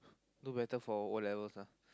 do better for your O-levels lah